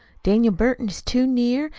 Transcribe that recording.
daniel burton is too near,